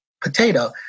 potato